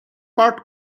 part